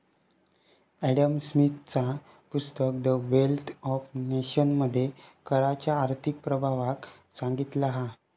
Adam स्मिथचा पुस्तक the wealth of nation मध्ये कराच्या आर्थिक प्रभावाक सांगितला हा